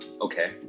Okay